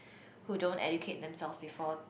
who don't educate themselves before